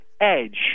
edge